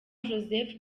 joseph